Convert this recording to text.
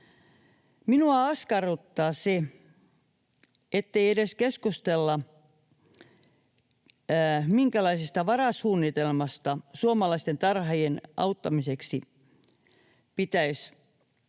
Minua askarruttaa se, ettei edes keskustella, mihinkä varasuunnitelmaan suomalaisten tarhaajien auttamiseksi pitäisi ryhtyä,